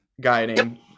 guiding